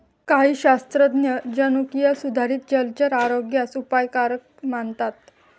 काही शास्त्रज्ञ जनुकीय सुधारित जलचर आरोग्यास अपायकारक मानतात